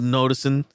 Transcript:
noticing